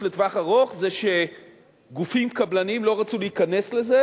לטווח ארוך היא שגופים קבלניים לא רצו להיכנס לזה,